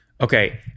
Okay